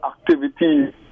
activities